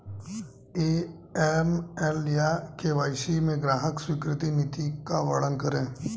AML या KYC में ग्राहक स्वीकृति नीति का वर्णन करें?